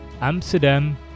Amsterdam